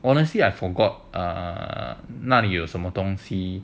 honestly I forgot ah 哪里有什么东西